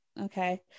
okay